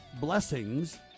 blessings